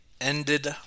ended